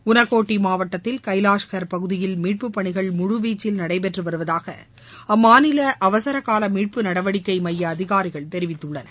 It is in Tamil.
உன்கோட்டி மாவட்டத்தில் கைலாஷ்ஹார் பகுதியில் மீட்பு பணியில் முழு வீச்சில் நடைபெற்று வருவதாக அம்மாநில அவசரகால மீட்பு நடவடிக்கை மைய அதிகாரிகள் தெரிவித்துள்ளனர்